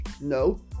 no